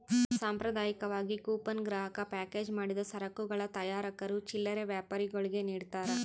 ಸಾಂಪ್ರದಾಯಿಕವಾಗಿ ಕೂಪನ್ ಗ್ರಾಹಕ ಪ್ಯಾಕೇಜ್ ಮಾಡಿದ ಸರಕುಗಳ ತಯಾರಕರು ಚಿಲ್ಲರೆ ವ್ಯಾಪಾರಿಗುಳ್ಗೆ ನಿಡ್ತಾರ